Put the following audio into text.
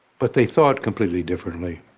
but they thought completely differently.